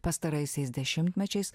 pastaraisiais dešimtmečiais